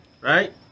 Right